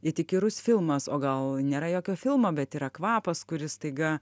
it įkyrus filmas o gal nėra jokio filmo bet yra kvapas kuris staiga